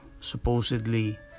supposedly